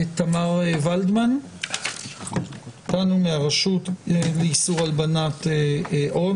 תמר ולדמן מהרשות להלבנת הון,